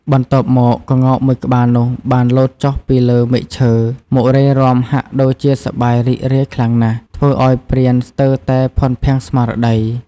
បន្ទាប់មកក្ងោកមួយក្បាលនោះបានលោតចុះពីលើមែកឈើ មករេរាំហាក់ដូចជាសប្បាយរីករាយខ្លាំងណាស់ ធ្វើឱ្យព្រានស្ទើរតែភាន់ភាំងស្មារតី។